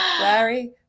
Larry